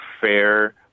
fair